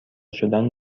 شدن